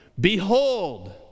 Behold